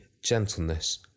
Gentleness